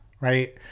right